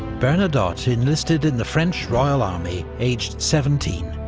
bernadotte enlisted in the french royal army aged seventeen,